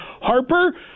Harper